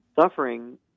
suffering